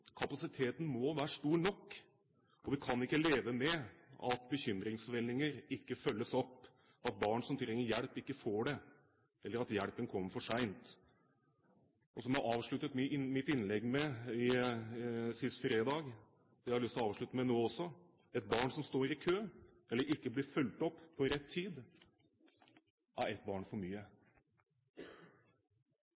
kapasiteten må være stor nok. Vi kan ikke leve med at bekymringsmeldinger ikke følges opp, og at barn som trenger hjelp, ikke får det, eller at hjelpen kommer for sent. Det som jeg avsluttet mitt innlegg med sist fredag, har jeg lyst til å avslutte med nå også: Ett barn som står i kø, eller ikke blir fulgt opp til rett tid, er ett barn for mye.